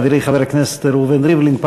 חברי חבר הכנסת ראובן ריבלין,